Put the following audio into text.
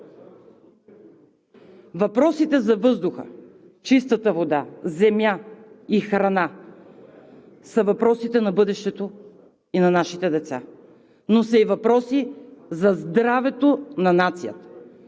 въпросите за въздуха, чистата вода, земя и храна са въпросите на бъдещето и за нашите деца, но са въпроси и за здравето на нацията.